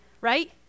right